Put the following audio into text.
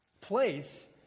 place